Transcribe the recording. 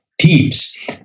teams